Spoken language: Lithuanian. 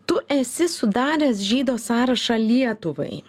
tu esi sudaręs žydo sąrašą lietuvai